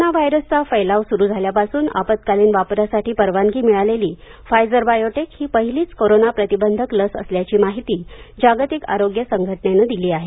corona व्हायरसचा फैलाव स्रु झाल्यापासून आपत्कालिन वापरासाठी परवानगी मिळालेली फायजर बायोटेक ही पहिलीच करोना प्रतिबंधक लस असल्याची माहिती जागतिक आरोग्य संघटनेने दिली आहे